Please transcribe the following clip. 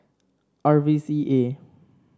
R V C A